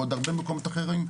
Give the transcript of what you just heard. בעוד הרבה מקומות אחרים.